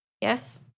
Yes